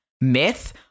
myth